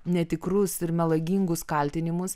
netikrus ir melagingus kaltinimus